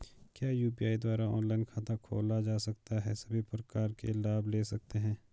क्या यु.पी.आई द्वारा ऑनलाइन खाता खोला जा सकता है सभी प्रकार के लाभ ले सकते हैं?